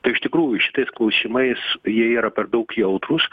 tai iš tikrųjų šitais klausimais jie yra per daug jautrūs